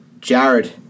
Jared